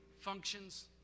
functions